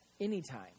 anytime